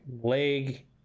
leg